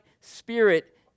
spirit